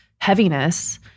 heaviness